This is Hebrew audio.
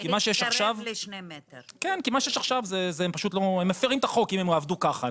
כי מה שיש עכשיו פשוט הם מפרים את החוק אם הם יעבדו ככה,